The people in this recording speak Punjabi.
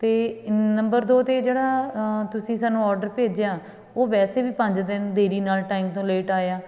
ਅਤੇ ਨੰਬਰ ਦੋ 'ਤੇ ਜਿਹੜਾ ਤੁਸੀਂ ਸਾਨੂੰ ਔਡਰ ਭੇਜਿਆ ਉਹ ਵੈਸੇ ਵੀ ਪੰਜ ਦਿਨ ਦੇਰੀ ਨਾਲ ਟਾਈਮ ਤੋਂ ਲੇਟ ਆਇਆ